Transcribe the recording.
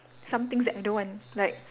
some things that I don't want like